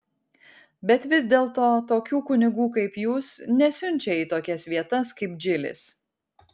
bet vis dėlto tokių kunigų kaip jūs nesiunčia į tokias vietas kaip džilis